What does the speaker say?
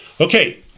Okay